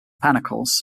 panicles